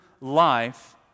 life